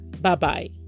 Bye-bye